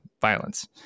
violence